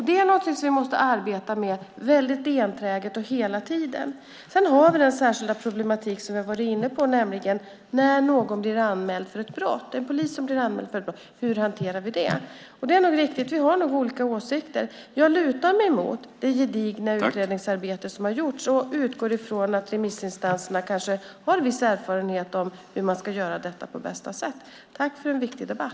Det måste vi enträget och ständigt arbeta med. Sedan har vi den särskilda problematik som vi varit inne på, nämligen när en polis blir anmäld för ett brott. Hur hanterar vi det? Det är riktigt att vi nog har olika åsikter om det. Jag lutar mig mot det gedigna utredningsarbete som gjorts och utgår från att remissinstanserna har viss erfarenhet av hur man ska göra detta på bästa sätt.